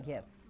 Yes